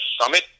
summit